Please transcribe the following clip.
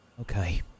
Okay